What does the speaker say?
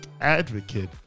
advocate